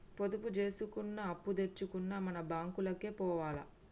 పొదుపు జేసుకున్నా, అప్పుదెచ్చుకున్నా మన బాంకులకే పోవాల